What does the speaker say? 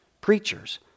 preachers